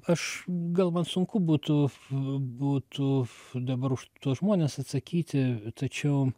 aš gal man sunku būtų būtų dabar už tuos žmones atsakyti tačiau